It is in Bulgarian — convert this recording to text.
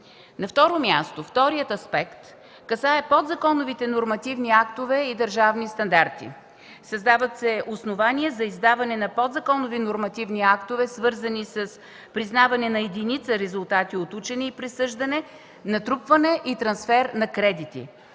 и информално учене. Вторият аспект касае подзаконовите нормативни актове и държавни стандарти. Създават се основания за издаване на подзаконови нормативни актове, свързани с признаване на единица резултати от учене и присъждане, натрупване и трансфер на кредити,